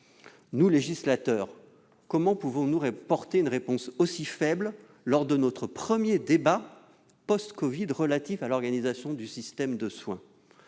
les législateurs que nous sommes peuvent-ils porter une réponse aussi faible à l'occasion de notre premier débat post-Covid relatif à l'organisation du système de soins ?